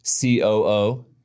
COO